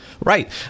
Right